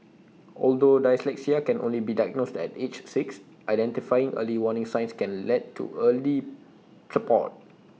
although dyslexia can only be diagnosed at age six identifying early warning signs can lead to earlier support